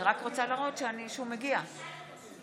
(קוראת בשם חברת